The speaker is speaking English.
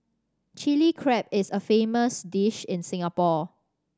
Chilli Crab is a famous dish in Singapore